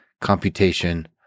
computation